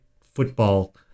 football